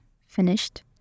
finished